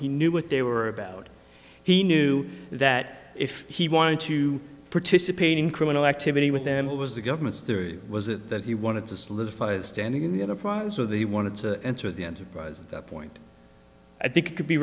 he knew what they were about he knew that if he wanted to participate in criminal activity with them it was the government was it that he wanted to solidify his standing in the enterprise so they wanted to enter the enterprise that point i think could be